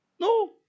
No